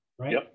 right